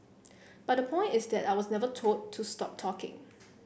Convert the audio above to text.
but the point is that I was never told to stop talking